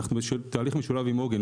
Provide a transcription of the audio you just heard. אנחנו בתהליך משולב עם עוגן,